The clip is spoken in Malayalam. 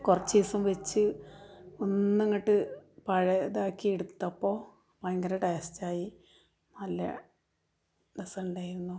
കുറച്ച് ദിവസം വച്ച് ഒന്നങ്ങോട്ട് പഴയതാക്കി എടുത്തപ്പോൾ ഭയങ്കര ടേസ്റ്റായി നല്ല രസമുണ്ടായിരുന്നു